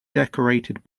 decorated